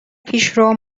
پیشرو